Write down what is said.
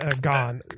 gone